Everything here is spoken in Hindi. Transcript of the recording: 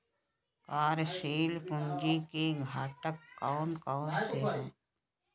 कार्यशील पूंजी के घटक कौन कौन से हैं?